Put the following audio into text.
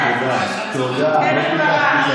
בעד קרן ברק,